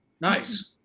Nice